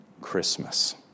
Christmas